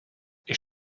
ich